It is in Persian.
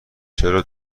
چرا